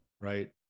right